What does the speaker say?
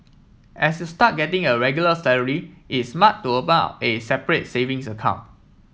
as you start getting a regular salary is smart to open up a separate savings account